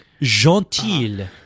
gentil